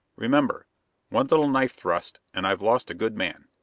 remember one little knife thrust and i've lost a good man!